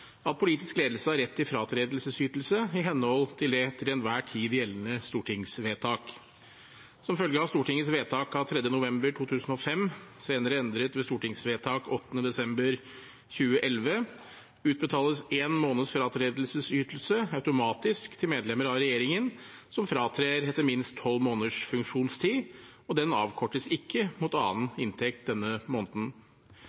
at politisk ledelse «har rett til fratredelsesytelse i henhold til det til enhver tid gjeldende stortingsvedtak». Som følge av Stortingets vedtak av 3. november 2005, senere endret ved stortingsvedtak 8. desember 2011, utbetales en måneds fratredelsesytelse automatisk til medlemmer av regjeringen som fratrer etter minst 12 måneders funksjonstid, og den avkortes ikke mot annen